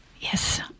Yes